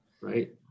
Right